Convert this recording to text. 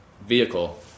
vehicle